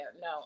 no